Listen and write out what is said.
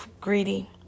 greedy